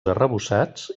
arrebossats